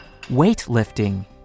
Weightlifting